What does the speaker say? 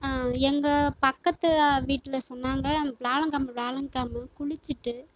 எங்கள் பக்கத்து வீட்டில் சொன்னாங்க வியாழக்கிழமை வியாழக்கிழமை குளிச்சுட்டு